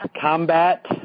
combat